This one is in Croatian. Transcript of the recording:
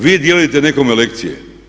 Vi dijelite nekome lekcije.